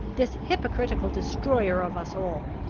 this hypocritical destroyer of us all.